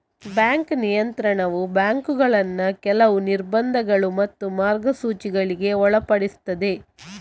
bank ನಿಯಂತ್ರಣವು ಬ್ಯಾಂಕುಗಳನ್ನ ಕೆಲವು ನಿರ್ಬಂಧಗಳು ಮತ್ತು ಮಾರ್ಗಸೂಚಿಗಳಿಗೆ ಒಳಪಡಿಸ್ತದೆ